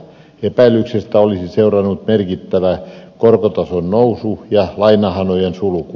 epäilyksestä olisi seurannut merkittävä korkotason nousu ja lainahanojen sulku